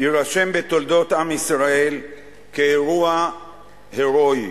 יירשם בתולדות עם ישראל כאירוע הירואי,